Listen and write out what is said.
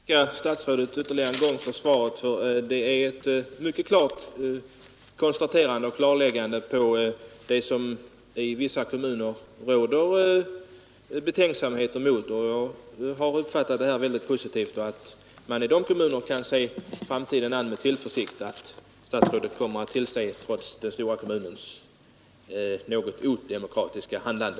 Herr talman! Jag ber att få tacka statsrådet ytterligare en gång för svaret. Det är ett mycket klart konstaterande och ett klarläggande besked på en punkt där det i vissa kommuner råder betänksamhet. Jag har uppfattat detta synnerligen positivt och anser att man i dessa kommuner kan se framtiden an med tillförsikt, då statsrådet kommer att tillse att man förordnar om sammanläggningsdelegerade trots den stora kommunens något odemokratiska handlande.